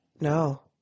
No